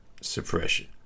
suppression